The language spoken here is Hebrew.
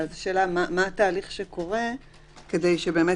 ואז השאלה מה התהליך שקורה כדי שבאמת